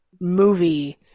movie